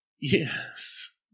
Yes